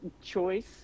choice